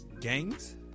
gangs